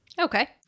Okay